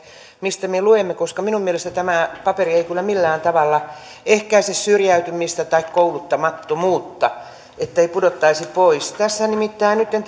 mistä me luemme koska minun mielestäni tämä paperi ei kyllä millään tavalla ehkäise syrjäytymistä tai kouluttamattomuutta sitä ettei pudottaisi pois tässähän nimittäin nytten